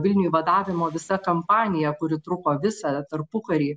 vilniuj vadavimo visa kampanija kuri truko visą tarpukarį